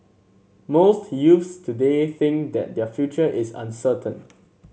most youths today think that their future is uncertain